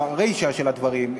הרישה של הדברים,